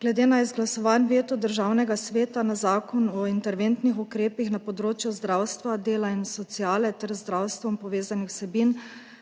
Glede na izglasovan veto Državnega sveta na Zakon o interventnih ukrepih na področju zdravstva dela in sociale ter z zdravstvom povezanih vsebin,